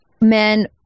men